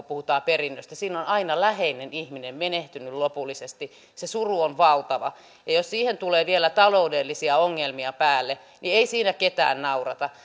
puhutaan perinnöstä siinä on aina läheinen ihminen menehtynyt lopullisesti se suru on valtava jos siihen tulee vielä taloudellisia ongelmia päälle niin ei siinä ketään naurata